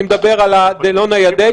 אני מדבר על הדלא ניידי.